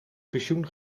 pensioen